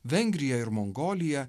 vengriją ir mongoliją